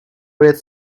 read